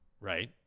right